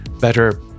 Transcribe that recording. better